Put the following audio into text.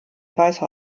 weißer